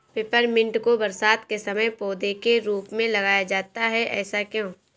Peppermint को बरसात के समय पौधे के रूप में लगाया जाता है ऐसा क्यो?